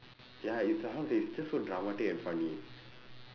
ya it's like how to say it's just so dramatic and funny